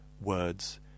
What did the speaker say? words